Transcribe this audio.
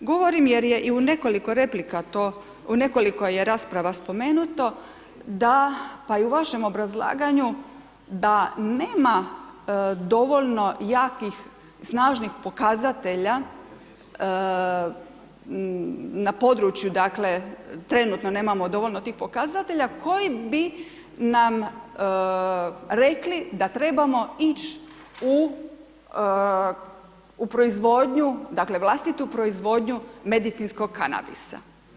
Govorim jer je i u nekoliko replika, u nekoliko je rasprava to spomenuto, da i u vašem obrazlaganju, da nema dovoljno jakih, snažnih pokazatelja, na području, dakle, trenutno nemamo dovoljno tih pokazatelja, koji bi nam, rekli da trebamo ići u proizvodnju, dakle, vlastitu proizvodnju medicinskog kanabisa.